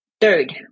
Third